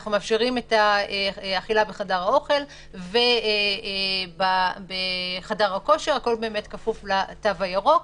אנחנו מאפשרים את האכילה בחדר האוכל ואת חדר הכושר כפוף לתוו הירוק.